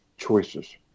choices